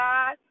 God